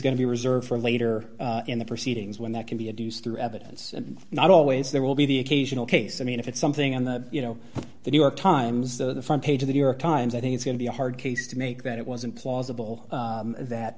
going to be reserved for later in the proceedings when that can be a deuce through evidence and not always there will be the occasional case i mean if it's something on the you know the new york times the front page of the new york times i think it's going to be a hard case to make that it wasn't plausible that